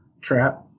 trap